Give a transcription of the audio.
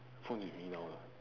phone's with me now lah